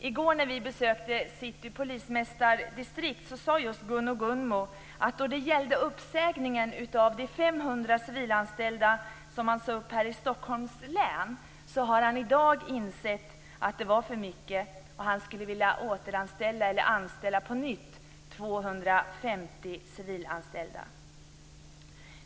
I går när vi besökte City polismästardistrikt sade just Gunno Gunnmo att då det gällde uppsägningen av de 500 civilanställda i Stockholms län har han i dag insett att det var för mycket och att han skulle vilja återanställa, eller anställa på nytt, 250 civilanställda.